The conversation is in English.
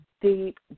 deep